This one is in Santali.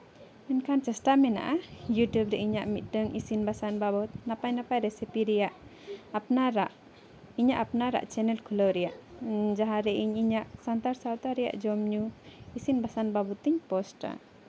ᱢᱮᱱᱠᱷᱟᱱ ᱪᱮᱥᱴᱟ ᱢᱮᱱᱟᱜᱼᱟ ᱤᱭᱩᱴᱩᱵᱽ ᱨᱮ ᱤᱧᱟᱹᱜ ᱢᱤᱫᱴᱟᱱ ᱤᱥᱤᱱ ᱵᱟᱥᱟᱝ ᱵᱟᱵᱚᱫ ᱱᱟᱯᱟᱭ ᱱᱟᱯᱟᱭ ᱨᱮᱥᱤᱯᱤ ᱨᱮᱭᱟᱜ ᱟᱯᱱᱟᱨᱟᱜ ᱤᱧᱟᱹᱜ ᱟᱯᱱᱟᱨᱟᱜ ᱪᱮᱱᱮᱞ ᱠᱷᱩᱞᱟᱹᱣ ᱨᱮᱭᱟᱜ ᱡᱟᱦᱟᱸ ᱨᱮ ᱤᱧ ᱤᱧᱟᱹᱜ ᱥᱟᱱᱛᱟᱲ ᱥᱟᱶᱛᱟ ᱨᱮᱭᱟᱜ ᱡᱚᱢᱼᱧᱩ ᱤᱥᱤᱱ ᱵᱟᱥᱟᱝ ᱵᱟᱵᱚᱫ ᱛᱤᱧ ᱯᱳᱥᱴᱼᱟ